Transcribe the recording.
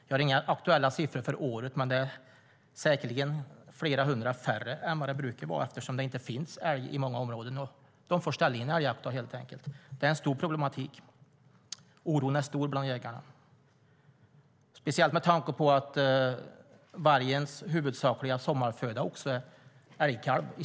Jag har inga aktuella siffror för året, men det är säkerligen flera hundra färre än det brukar vara, eftersom det inte finns älg i många områden, så att de helt enkelt får ställa in älgjakten. Det är en stor problematik. Oron är stor bland jägarna, speciell med tanke på att vargens huvudsakliga sommarföda är älgkalv.